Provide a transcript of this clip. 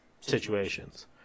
situations